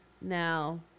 Now